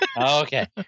Okay